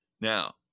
Now